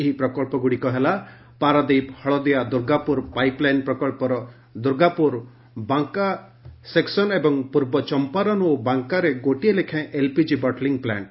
ଏହି ପ୍ରକଳ୍ପଗୁଡ଼ିକ ହେଲା ପାରାଦ୍ୱୀପ ହଳଦିଆ ଦୁର୍ଗାପୁର ପାଇପ୍ଲାଇନ୍ ପ୍ରକଳ୍ପର ଦୁର୍ଗାପୁର ବାଙ୍କା ସେକ୍ସନ୍ ଏବଂ ପୂର୍ବ ଚମ୍ପାରନ୍ ଓ ବାଙ୍କାରେ ଗୋଟିଏ ଲେଖାଏଁ ଏଲ୍ପିଜି ବଟଲିଂ ପ୍ଲାଣ୍ଟ